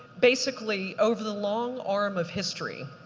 basically, over the long arm of history,